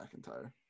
McIntyre